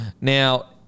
Now